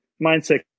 mindset